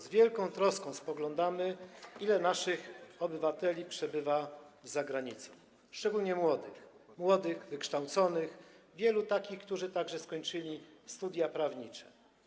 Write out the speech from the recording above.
Z wielką troską spoglądamy, ilu naszych obywateli przebywa za granicą, szczególnie młodych, wykształconych, wielu takich, którzy także skończyli studia prawnicze.